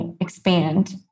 expand